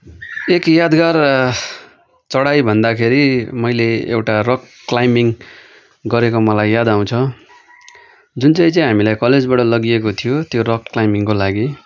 एक यादगार चढाई भन्दाखेरि मैले एउटा रक क्लाइम्बिङ गरेको मलाई याद आउँछ जुन चाहिँ चाहिँ हामीलाई कलेजबाट लगिएको थियो त्यो रक क्लाइम्बिङको लागि